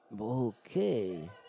Okay